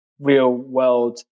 real-world